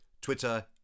Twitter